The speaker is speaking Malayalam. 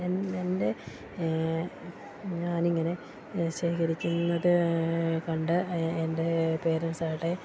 എൻ്റെ ഞാനിങ്ങനെ ശേഖരിക്കുന്നത് കണ്ട് എൻ്റെ പേരന്റ്സാകട്ടെ